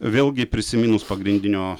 vėlgi prisiminus pagrindinio